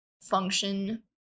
function